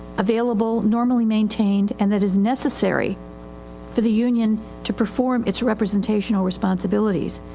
available, normally maintained and that is necessary for the union to perform its representational responsibilities.